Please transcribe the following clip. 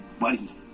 Buddy